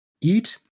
Eat